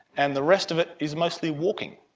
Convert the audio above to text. and the rest of it is mostly walking,